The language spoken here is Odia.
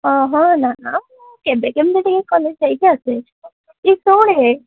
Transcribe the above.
ହଁ ନାଁ ନାଁ ମୁଁ କେବେ କେମିତି ଟିକେ କଲେଜ୍ ଯାଇକି ଆସେ ଏ ଶୁଣେ